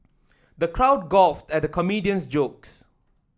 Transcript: the crowd guffawed at the comedian's jokes